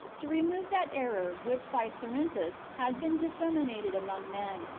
to remove that error which by cerinthus had been disseminated among men,